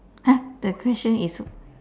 !huh! the question is